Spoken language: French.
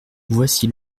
voici